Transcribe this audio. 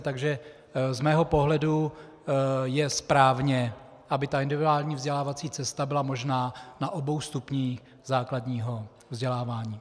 Takže z mého pohledu je správně, aby individuální vzdělávací cesta byla možná na obou stupních základního vzdělávání.